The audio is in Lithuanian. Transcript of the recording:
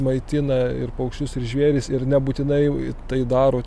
maitina ir paukščius ir žvėris ir nebūtinai tai daro